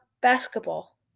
basketball